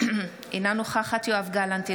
אינה נוכחת יואב גלנט,